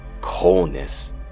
Coldness